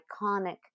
iconic